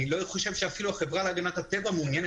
אני לא חושב שאפילו החברה להגנת הטבע מעוניינת